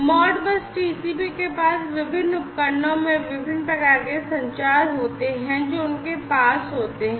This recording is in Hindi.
मॉडबस टीसीपी के पास विभिन्न उपकरणों में विभिन्न प्रकार के संचार होते हैं जो उनके पास होते हैं